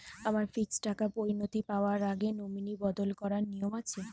আমার ফিক্সড টাকা পরিনতি পাওয়ার আগে নমিনি বদল করার নিয়ম আছে?